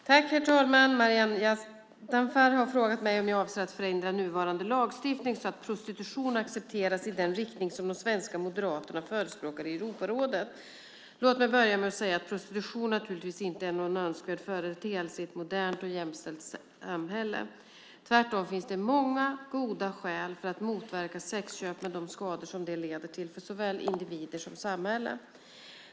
Herr talman! Maryam Yazdanfar har frågat mig om jag avser att förändra nuvarande lagstiftning så att prostitution accepteras i den riktning som de svenska moderaterna förespråkar i Europarådet. Låt mig börja med att säga att prostitution naturligtvis inte är någon önskvärd företeelse i ett modernt och jämställt samhälle. Tvärtom finns det många goda skäl för att motverka sexköp med de skador som det leder till för såväl individer som samhälle.